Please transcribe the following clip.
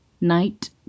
Night